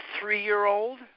three-year-old